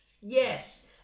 Yes